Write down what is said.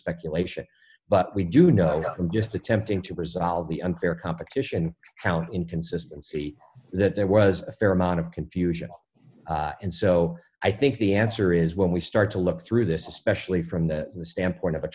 speculation but we do know just attempting to resolve the unfair competition count inconsistency that there was a fair amount of confusion and so i think the answer is when we start to look through this especially from the standpoint of a